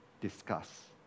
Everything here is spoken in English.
Discuss